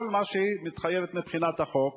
כל מה שהיא מתחייבת מבחינת החוק,